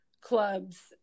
clubs